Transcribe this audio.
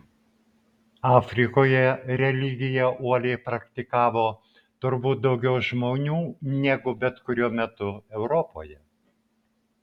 afrikoje religiją uoliai praktikavo turbūt daugiau žmonių negu bet kuriuo metu europoje